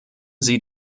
sie